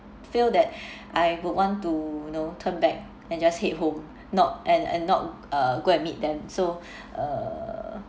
feel that I would want to you know turn back and just head home not and and not uh go and meet them so uh